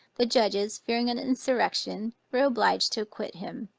the judges, fearing an insurrection, were obliged to acquit him.